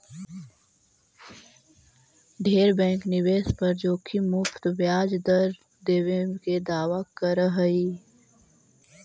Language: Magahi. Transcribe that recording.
ढेर बैंक निवेश पर जोखिम मुक्त ब्याज दर देबे के दावा कर हई